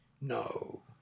No